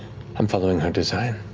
i'm following her design.